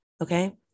okay